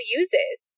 uses